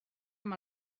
amb